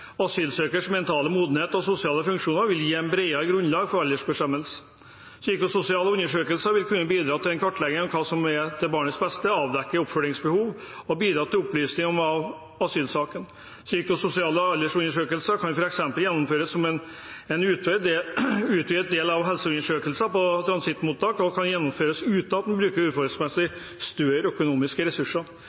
asylsøkers mentale modenhet og sosiale funksjoner vil gi et bredere grunnlag for aldersbestemmelse. Psykososiale undersøkelser vil kunne bidra til kartlegging av hva som er til barnets beste, avdekke oppfølgingsbehov og bidra til opplysning av asylsaken. Psykososiale aldersundersøkelser kan f.eks. gjennomføres som en utvidet del av helseundersøkelsen på transittmottak og kan gjennomføres uten bruk av uforholdsmessig store økonomiske ressurser,